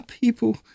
people